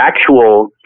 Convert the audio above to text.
actual